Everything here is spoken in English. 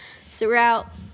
throughout